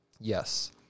Yes